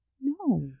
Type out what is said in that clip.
No